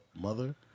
mother